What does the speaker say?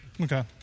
Okay